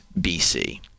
BC